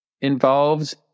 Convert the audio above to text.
involves